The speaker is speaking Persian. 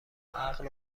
عقل